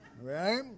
Right